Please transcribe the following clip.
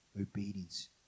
obedience